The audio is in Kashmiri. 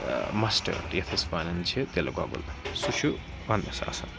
مَسٹٲڈ یَتھ أسۍ وَنان چھِ تِلہٕ گۄگُل سُہ چھُ پَنٛنِس آسان